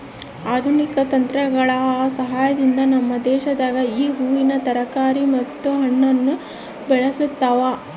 ಆಧುನಿಕ ತಂತ್ರಗಳ ಸಹಾಯದಿಂದ ನಮ್ಮ ದೇಶದಾಗ ಈ ಹೂವಿನ ತರಕಾರಿ ಮತ್ತು ಹಣ್ಣನ್ನು ಬೆಳೆತವ